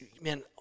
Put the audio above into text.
man